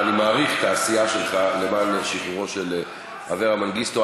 ואני מעריך את העשייה שלך למען שחרורו של אברה מנגיסטו.